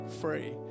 free